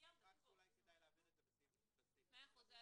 -- אולי כדאי להבהיר את זה בסעיף --- מאה אחוז.